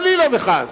חלילה וחס,